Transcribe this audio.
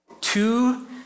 two